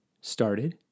started